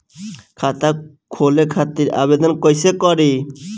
खाता खोले खातिर आवेदन कइसे करी?